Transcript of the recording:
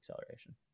acceleration